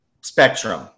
spectrum